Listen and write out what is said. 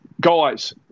Guys